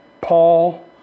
Paul